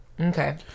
okay